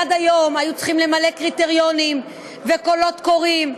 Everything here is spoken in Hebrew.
עד היום היו צריכים למלא קריטריונים וקולות קוראים.